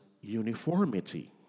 uniformity